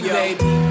baby